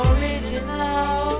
Original